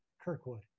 kirkwood